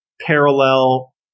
parallel